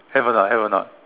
have or not have or not